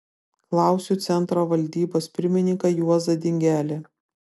klausiu centro valdybos pirmininką juozą dingelį